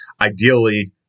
ideally